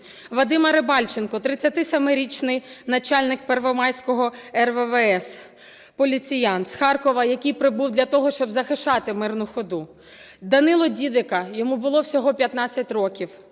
Вадима Рибальченка, 37-річний начальник Первомайського РВВС, поліціант з Харкова, який прибув для того, щоб захищати мирну ходу. Данила Дідика, йому було всього 15 років,